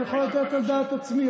אני יכולתי להצביע על דעת עצמי.